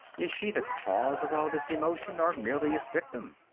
is she the cause of all this emotion, or merely its victim?